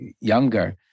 younger